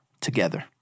together